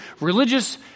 religious